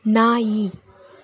ನಾಯಿ